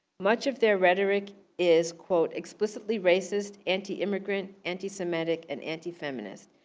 much of their rhetoric is quote explicitly racist, anti-immigrant, anti-semitic and anti-feminist,